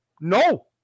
No